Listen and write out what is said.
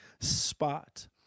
spot